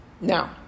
Now